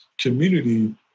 community